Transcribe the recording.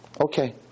Okay